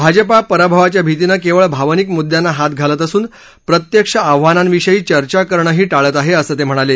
भाजपा पराभवाच्या भितीनं केवळ भावनिक मुद्द्यांना हात घालत असून प्रत्यक्ष आव्हानांविषयी चर्चा करणंही टाळत आहे असं ते म्हणाले